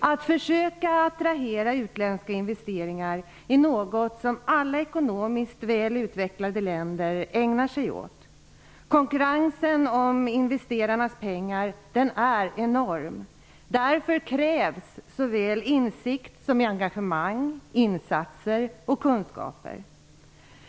Att försöka attrahera utländska investeringar är något som alla ekonomiskt väl utvecklade länder ägnar sig åt. Konkurrensen om investerarnas pengar är enorm. Därför krävs såväl insikt som engagemang och insatser.